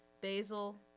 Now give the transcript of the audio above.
basil